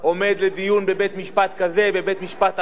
עומד לדיון בבית-משפט כזה ובבית-משפט אחר.